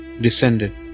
descended